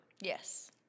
Yes